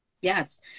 Yes